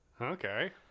Okay